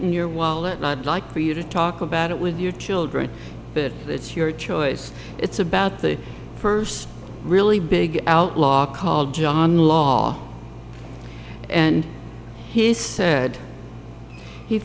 in your wallet not like for you to talk about it with your children but it's your choice it's about the first really big outlaw called john law and he's said he